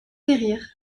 périr